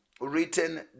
written